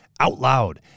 OUTLOUD